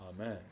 Amen